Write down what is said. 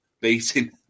beating